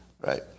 right